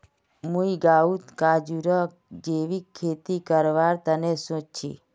मुई गांउत काजूर जैविक खेती करवार तने सोच छि